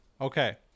Okay